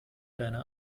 deiner